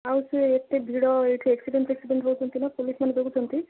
ଆଉ ସେ ଏତେ ଭିଡ଼ ଏଇଠି ଆକ୍ସିଡ଼େଣ୍ଟ ଫାକ୍ସିଡ଼େଣ୍ଟ ହେଉଛନ୍ତି ନା ପୋଲିସମାନେ ଜଗୁଛନ୍ତି